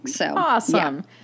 Awesome